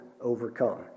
overcome